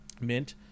Mint